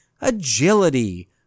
agility